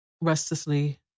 Restlessly